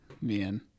Man